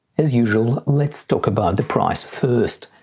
as usual, let's talk about the price first.